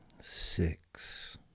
six